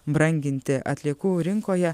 branginti atliekų rinkoje